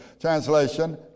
Translation